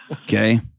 Okay